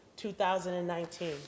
2019